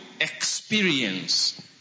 experience